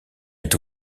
est